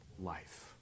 life